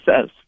says